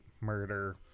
murder